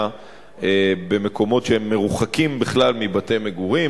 במקומות שהם מרוחקים בכלל מבתי-מגורים,